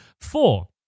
Four